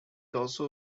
also